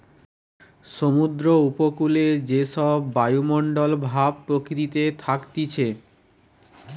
সমুদ্র উপকূলে যে সব বায়ুমণ্ডল ভাব প্রকৃতিতে থাকতিছে